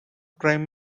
prime